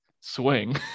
swing